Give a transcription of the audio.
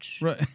Right